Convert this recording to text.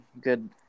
good